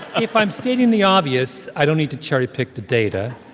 if i'm stating the obvious, i don't need to cherry-pick the data,